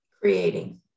Creating